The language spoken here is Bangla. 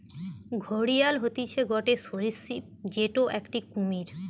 ঘড়িয়াল হতিছে গটে সরীসৃপ যেটো একটি কুমির